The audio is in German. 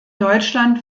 deutschland